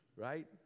right